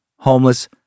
homeless